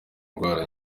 indwara